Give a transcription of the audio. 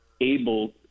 able